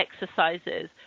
exercises